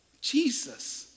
Jesus